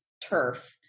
turf